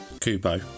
Kubo